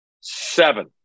seven